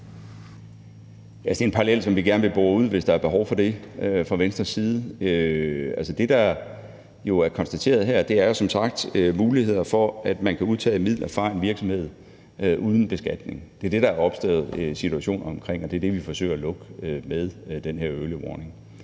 det er en parallel, som vi gerne vil bore ud, hvis der er behov for det fra Venstres side. Det, der er konstateret her, er jo som sagt muligheden for, at man kan udtage midler fra en virksomhed uden beskatning. Det er det, der er opstået situationer omkring, og det er det, vi forsøger at lukke med den her early warning.